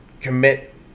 commit